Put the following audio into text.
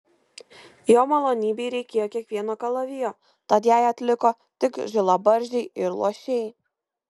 jo malonybei reikėjo kiekvieno kalavijo tad jai atliko tik žilabarzdžiai ir luošiai